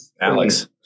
Alex